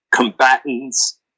combatants